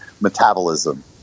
metabolism